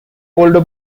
older